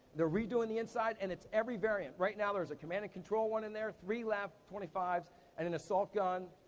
they're redoing the inside, and it's every variant. right now, there's a command and control one in there, three lav twenty five s and an assault gun,